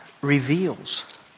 reveals